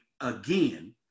again